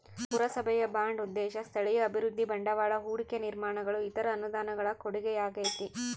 ಪುರಸಭೆಯ ಬಾಂಡ್ ಉದ್ದೇಶ ಸ್ಥಳೀಯ ಅಭಿವೃದ್ಧಿ ಬಂಡವಾಳ ಹೂಡಿಕೆ ನಿರ್ಮಾಣಗಳು ಇತರ ಅನುದಾನಗಳ ಕೊಡುಗೆಯಾಗೈತೆ